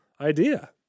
idea